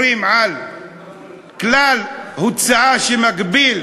על מה נשענת הפגיעה הכל-כך